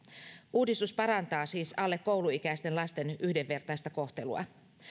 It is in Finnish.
uudistus parantaa siis alle kouluikäisten lasten yhdenvertaista kohtelua